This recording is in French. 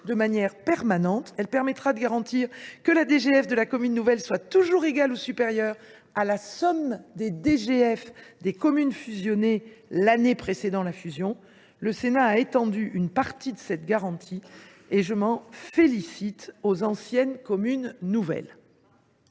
de manière permanente – cela permettra de garantir que la DGF de la commune nouvelle soit toujours égale ou supérieure à la somme des DGF des communes fusionnées l’année précédant la fusion –, garantie que le Sénat a partiellement étendue, et je m’en félicite, aux anciennes communes nouvelles